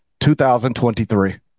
2023